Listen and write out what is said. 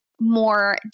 more